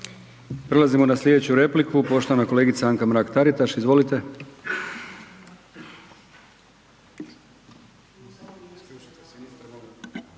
Prelazimo na sljedeću repliku poštovana kolegica Anka Mrak Taritaš. Izvolite.